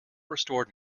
restored